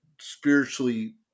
spiritually